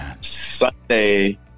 Sunday